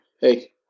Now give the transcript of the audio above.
hey